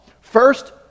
First